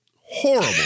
horrible